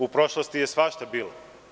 U prošlosti je svašta bilo.